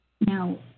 Now